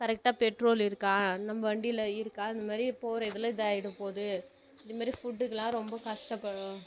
கரெக்டா பெட்ரோல் இருக்கா நம்ப வண்டியில் இருக்கா இந்த மாதிரி போகிற இதில் இதாயிடப் போகுது இதுமாதிரி ஃபுட்டுக்கெலாம் ரொம்ப கஷ்டப்பட